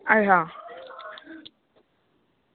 अच्छा